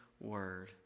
Word